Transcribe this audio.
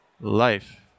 life